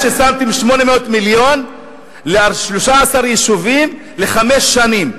אני יודע ששמתם 800 מיליון ל-13 יישובים לחמש שנים.